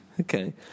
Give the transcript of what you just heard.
Okay